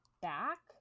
back